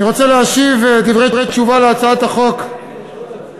אני רוצה להשיב דברי תשובה על הצעת החוק להנצחת